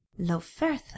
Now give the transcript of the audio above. Lofertha